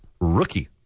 Rookie